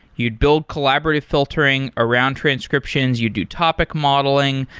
you'd build collaborative filtering around transcriptions. you do topic modeling.